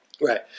right